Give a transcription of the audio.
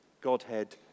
Godhead